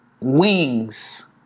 wings